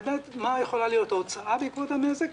מה יכולה להיות ההוצאה בעקבות הנזק,